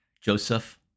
Joseph